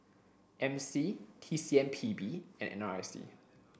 M C T C M P B and N R I C